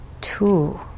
two